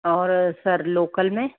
और sir local में